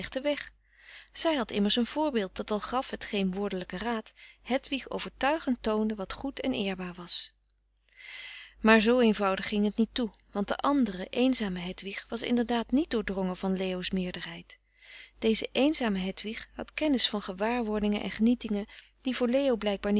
weg zij had immers een voorbeeld dat al gaf het geen woordelijken raad hedwig overtuigend toonde wat goed en eerbaar was maar zoo eenvoudig ging het niet toe want de andere eenzame hedwig was inderdaad niet doordrongen van leo's meerderheid deze eenzame hedwig had kennis van gewaarwordingen en genietingen die voor leo blijkbaar